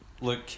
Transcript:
look